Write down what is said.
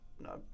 No